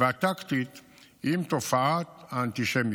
והטקטית עם תופעת האנטישמיות.